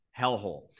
hellhole